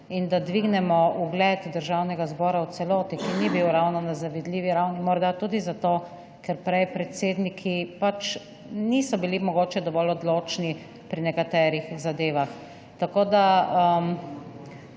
in da dvignemo ugled Državnega zbora v celoti, ki ni bil ravno na zavidljivi ravni morda tudi zato, ker prej predsedniki niso bili mogoče dovolj odločni pri nekaterih zadevah. Jaz